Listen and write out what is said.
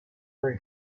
pray